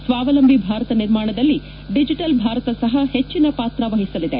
ಸ್ವಾವಲಂಬಿ ಭಾರತ ನಿರ್ಮಾಣದಲ್ಲಿ ಡಿಜಿಟಲ್ ಭಾರತ ಸಹ ಹೆಚ್ಚಿನ ಪಾತ್ರ ವಹಿಸಲಿದೆ